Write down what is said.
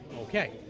okay